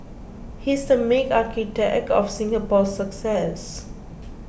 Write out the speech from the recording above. he's the main architect of Singapore's success